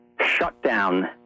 shutdown